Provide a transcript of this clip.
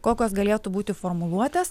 kokios galėtų būti formuluotės